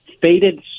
faded